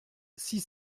six